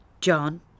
John